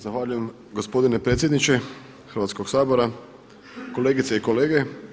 Zahvaljujem gospodine predsjedniče Hrvatskog sabora, kolegice i kolege.